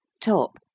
Top